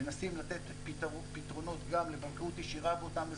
מנסים לתת פתרונות גם לבנקאות ישירה באותם אזורים,